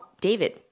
David